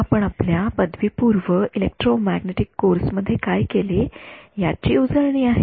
आपण आपल्या पदवीपूर्व इलेक्ट्रोमॅग्नेटिक कोर्स मध्ये काय केले याची उजळणी आहे